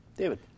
David